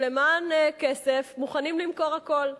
שלמען כסף מוכנים למכור הכול.